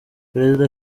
perezida